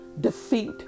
defeat